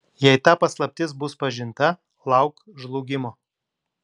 jei ta paslaptis bus pažinta lauk žlugimo